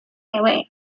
nueve